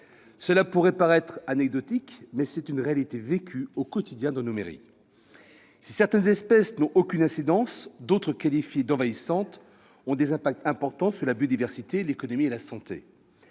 Cela pourrait paraître anecdotique, mais c'est une réalité vécue au quotidien dans nos mairies. Si certaines espèces exotiques n'ont aucune incidence, d'autres, qualifiées d'envahissantes, ont des impacts importants sur la biodiversité, l'économie et la santé.